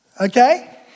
okay